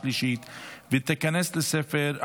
אין מתנגדים.